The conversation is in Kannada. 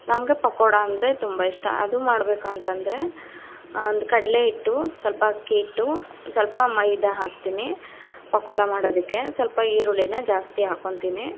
ನಮಗೆ ಪಕೋಡ ಅಂದರೆ ತುಂಬ ಇಷ್ಟ ಅದು ಮಾಡಬೇಕು ಅಂತಂದ್ರೆ ಒಂದು ಕಡಲೆ ಹಿಟ್ಟು ಸ್ವಲ್ಪ ಅಕ್ಕಿ ಹಿಟ್ಟು ಸ್ವಲ್ಪ ಮೈದ ಹಾಕ್ತೀನಿ ಪಕೋಡ ಮಾಡೋದಕ್ಕೆ ಸ್ವಲ್ಪ ಈರುಳ್ಳಿನ ಜಾಸ್ತಿ ಹಾಕೊಳ್ತೀನಿ